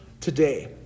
today